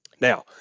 Now